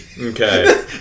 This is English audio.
Okay